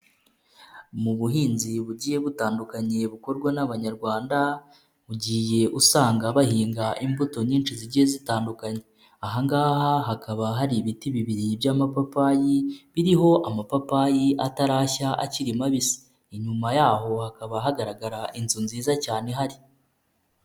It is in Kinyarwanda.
Mu buhinzi bugiye butandukanye bukorwa n'Abanyarwanda ugiye usanga bahinga imbuto nyinshi zigiye zitandukanye, aha ngaha hakaba hari ibiti bibiri by'amapapayi biriho amapapayi atari yashya akiri mabisi, inyuma yaho hakaba hagaragara inzu nziza cyane ihari.